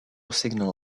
signal